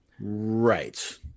right